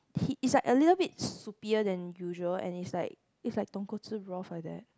he it's like a little bit soupier than usual and it's like it's like tonkotsu broth like that